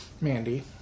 Mandy